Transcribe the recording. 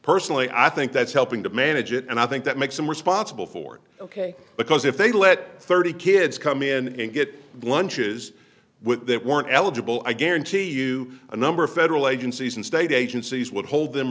personally i think that's helping to manage it and i think that makes them responsible for it ok because if they let thirty kids come in and get lunches with that weren't eligible i guarantee you a number of federal agencies and state agencies would hold them